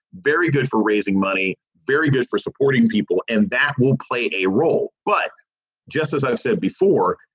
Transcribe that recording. very good for raising money, very good for supporting people, and that will play a role. but just as i've said before,